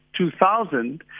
2000